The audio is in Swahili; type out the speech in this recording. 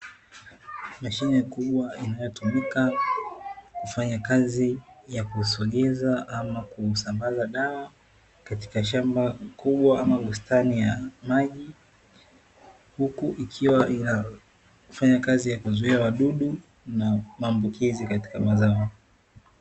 Mashine kubwa inayotumika kufanya kazi ya kusogeza ama kusambaza dawa, katika shamba kubwa ama bustani ya maji. Huku ikiwa inafanya kazi ya kuzuia wadudu na maambukizi katika mazao.